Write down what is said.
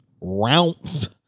round